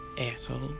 asshole